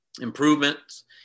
improvements